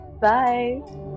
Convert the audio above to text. Bye